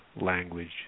language